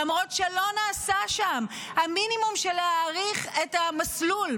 למרות שלא נעשה שם המינימום של להאריך את המסלול,